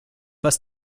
was